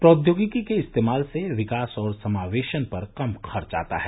प्रौद्योगिकी के इस्तेमाल से विकास और समावेशन पर कम खर्च आता है